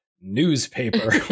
newspaper